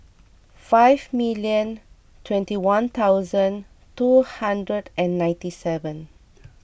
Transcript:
five million twenty one thousand two hundred and ninety seven